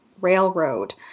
Railroad